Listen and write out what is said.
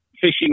fishing